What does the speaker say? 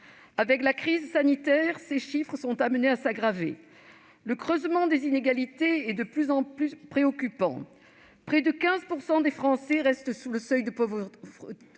Avec la crise sanitaire, ces chiffres sont amenés à s'aggraver. Le creusement des inégalités est de plus en plus préoccupant. Près de 15 % des Français restent sous le seuil de pauvreté.